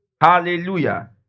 Hallelujah